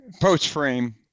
Post-frame